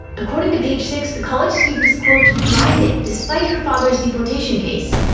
according to page six, the college student is quote thriving despite her father's deportation case.